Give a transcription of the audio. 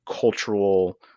cultural